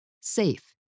Safe